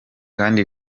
kandi